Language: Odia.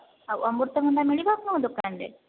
ଆଉ ଅମୃତ ଭଣ୍ଡା ମିଳିବ ଆପଣଙ୍କ ଦୋକାନ ରେ